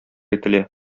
ителә